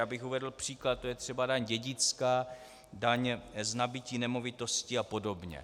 Abych uvedl příklad, to je třeba daň dědická, daň z nabytí nemovitostí apod.